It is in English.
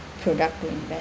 product to invest